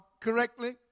correctly